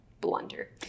blunder